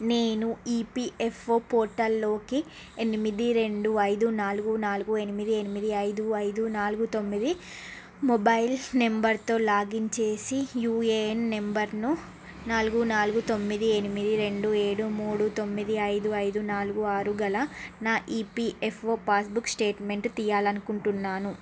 నేను ఈపీఎఫ్ఓ పోర్టల్లోకి ఎనిమిది రెండు ఐదు నాలుగు నాలుగు ఎనిమిది ఎనిమిది ఐదు ఐదు నాలుగు తొమ్మిది మొబైల్ నంబరుతో లాగిన్ చేసి యూఏఎన్ నెంబర్ను నాలుగు నాలుగు తొమ్మిది ఎనిమిది రెండు ఏడు మూడు తొమ్మిది ఐదు ఐదు నాలుగు ఆరు గల నా ఈపీఎఫ్ఓ పాస్బుక్ స్టేట్మెంటు తీయాలనుకుంటున్నాను